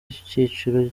icyiciro